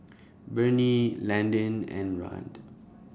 Bernie Landyn and Rand